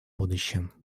будущем